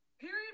Period